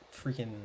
freaking